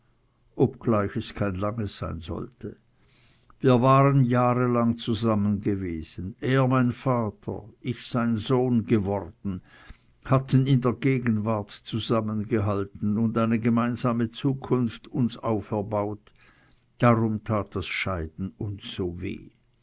ob es gleich kein langes sein sollte wir waren jahrelang zusammen gewesen er mein vater ich sein sohn geworden hatten in der gegenwart zusammengehalten und eine gemeinsame zukunft uns auferbaut darum tat das scheiden uns so weh